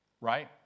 Right